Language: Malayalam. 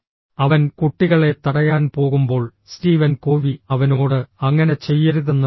അവൻ കുട്ടികളെ തടയാൻ പോകുമ്പോൾ സ്റ്റീവൻ കോവി അവനോട് അങ്ങനെ ചെയ്യരുതെന്ന് പറഞ്ഞു